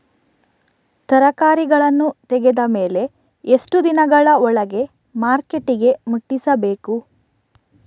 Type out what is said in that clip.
ತರಕಾರಿಗಳನ್ನು ತೆಗೆದ ಮೇಲೆ ಎಷ್ಟು ದಿನಗಳ ಒಳಗೆ ಮಾರ್ಕೆಟಿಗೆ ಮುಟ್ಟಿಸಬೇಕು?